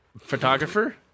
Photographer